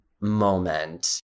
moment